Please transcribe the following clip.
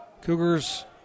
Cougars